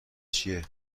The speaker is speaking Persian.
چیه